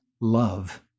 love